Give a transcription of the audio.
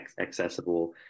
accessible